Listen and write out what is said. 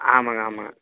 ஆமாம்ங்க ஆமாம்ங்க